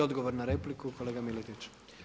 I odgovor na repliku kolega Miletić.